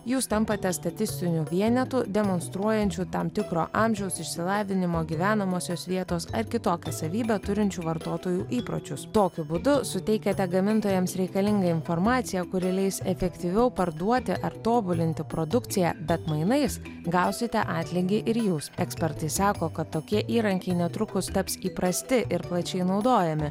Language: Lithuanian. jūs tampate statistiniu vienetu demonstruojančiu tam tikro amžiaus išsilavinimo gyvenamosios vietos ar kitokias savybę turinčių vartotojų įpročius tokiu būdu suteikiate gamintojams reikalingą informaciją kuri leis efektyviau parduoti ar tobulinti produkciją bet mainais gausite atlygį ir jūs ekspertai sako kad tokie įrankiai netrukus taps įprasti ir plačiai naudojami